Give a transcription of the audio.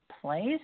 place